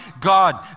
God